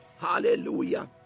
hallelujah